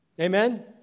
Amen